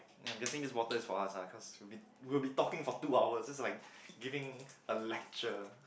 I'm guessing this water is for us lah cause we we have been talking for two hour just like giving a lecture